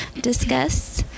discuss